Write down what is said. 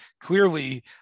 clearly